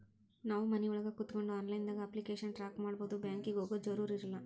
ನಾವು ಮನಿಒಳಗ ಕೋತ್ಕೊಂಡು ಆನ್ಲೈದಾಗ ಅಪ್ಲಿಕೆಶನ್ ಟ್ರಾಕ್ ಮಾಡ್ಬೊದು ಬ್ಯಾಂಕಿಗೆ ಹೋಗೊ ಜರುರತಿಲ್ಲಾ